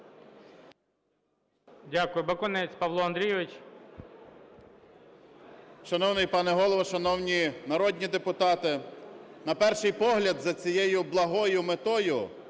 Дякую. Бакунець Павло Андрійович.